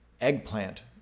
eggplant